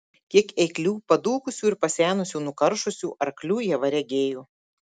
kiek eiklių padūkusių ir pasenusių nukaršusių arklių ieva regėjo